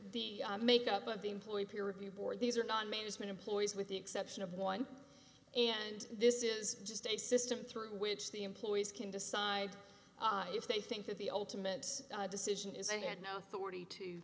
makeup of the employee peer review board these are non management employees with the exception of one and this is just a system through which the employees can decide if they think that the ultimate decision is i had no authority to